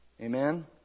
Amen